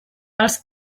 els